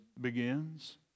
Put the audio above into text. begins